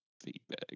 feedback